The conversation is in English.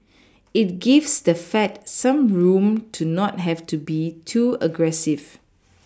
it gives the fed some room to not have to be too aggressive